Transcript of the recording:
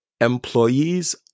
employees